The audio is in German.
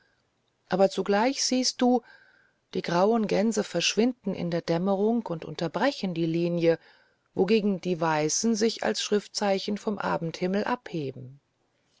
aber zugleich siehst du die grauen gänse verschwinden in der dämmerung und unterbrechen die linie wogegen die weißen sich als schriftzeichen vom abendhimmel abheben